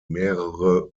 mehrere